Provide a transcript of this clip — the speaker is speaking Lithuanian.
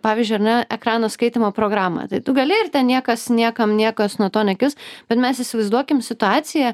pavyzdžiui ar ne ekrano skaitymo programą tai tu gali ir ten niekas niekam niekas nuo to nekis bet mes įsivaizduokim situaciją